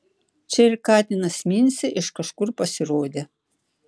čia ir katinas mincė iš kažkur pasirodė